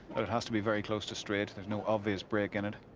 it has to be very close to straight. there's no obvious break in it.